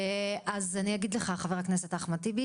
אז אני אגיד לך חבר הכנסת אחמד טיבי,